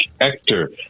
Ector